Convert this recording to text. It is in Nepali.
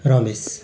रमेश